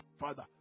father